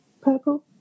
Purple